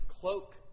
cloak